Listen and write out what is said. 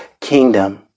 kingdom